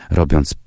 robiąc